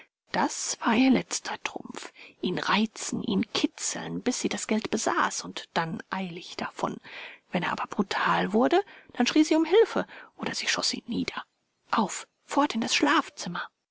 das war ihr letzter trumpf ihn reizen ihn kitzeln bis sie das geld besaß und dann eilig davon wenn er aber brutal wurde dann schrie sie um hilfe oder sie schoß ihn nieder auf fort in das schlafzimmer